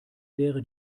wäre